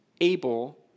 able